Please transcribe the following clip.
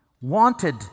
wanted